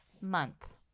month